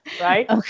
right